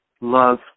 love